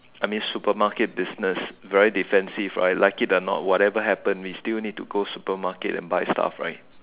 I mean supermarket business very defensive I like it or not what happen we still need to go supermarket and buy stuff right